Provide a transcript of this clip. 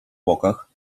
bokach